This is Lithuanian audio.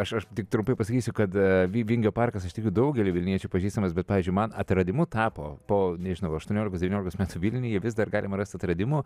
aš aš tik trumpai pasakysiu kad vingio parkas iš tiesų daugeliui vilniečių pažįstamas bet pavyzdžiui man atradimu tapo po nežinau aštuoniolikos devyniolikos metų vilniuje vis dar galima rasti atradimų